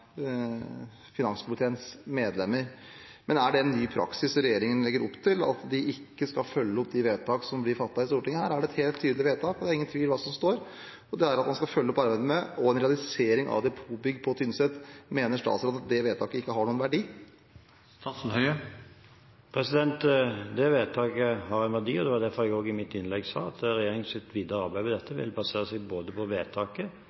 finanskomiteens medlemmer. Men er det en ny praksis regjeringen legger opp til, at den ikke skal følge opp de vedtak som blir fattet i Stortinget? Her er det et helt tydelig vedtak, og det er ingen tvil om hva som står der. Det er at man skal følge opp arbeidet med – og en realisering av – depotbygg på Tynset. Mener statsråden at det vedtaket ikke har noen verdi? Det vedtaket har en verdi, og det var derfor jeg også i mitt innlegg sa at regjeringens videre arbeid med dette vil basere seg både på vedtaket